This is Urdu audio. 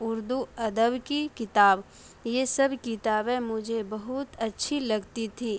اردو ادب کی کتاب یہ سب کتابیں مجھے بہت اچھی لگتی تھی